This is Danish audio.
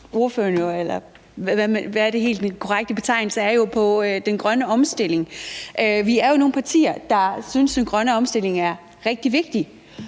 Nu peger ordføreren på den grønne omstilling, og vi er jo nogle partier, der synes, at den grønne omstilling er rigtig vigtig,